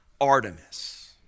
Artemis